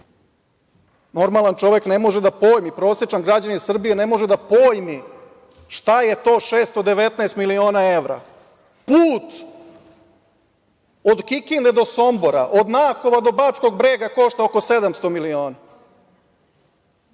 Normalan čovek ne može da pojmi, prosečan građanin Srbije ne može da pojmi šta je to 619 miliona evra. Put od Kikinde do Sombora, od Nakova do Bačkog Brega košta oko 700 miliona,